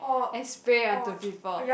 and spray onto people